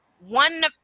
one